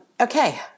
okay